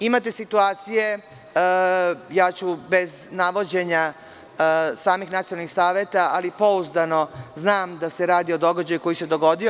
Imate i situacije, ja ću bez navođenja samih nacionalnih saveta izneti primere, ali pouzdano znam da se radi o događaju koji se dogodio.